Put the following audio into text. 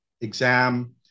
exam